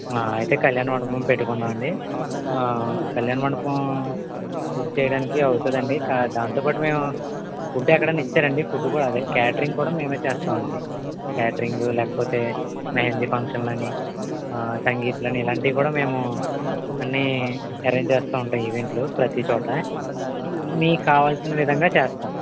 అయితే కళ్యాణమండపం పెట్టుకుందామండి కళ్యాణ మండపం బుక్ చేయడానికి అవుతుందండి దాంతో పాటు మేము ఫుడ్ ఎక్కడైనా ఇచ్చారండి ఫుడ్ కూడా అదే క్యాటరింగ్ కూడా మేము చేస్తామండి క్యాటరింగ్ లేకపోతే మెహందీ ఫంక్షన్లని సంగీత్ లని ఇలాంటివి కూడా మేము అన్నీ అరెంజ్ చేస్తావుంటాము ఈవెంట్లు ప్రతి చోట మీకు కావాల్సిన విధంగా చేస్తాం